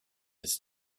his